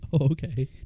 Okay